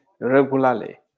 regularly